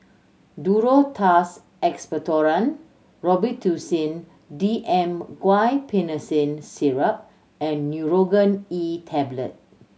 Duro Tuss Expectorant Robitussin D M Guaiphenesin Syrup and Nurogen E Tablet